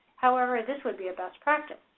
however, this would be a best practice.